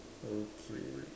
okay